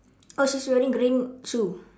oh she's wearing green shoe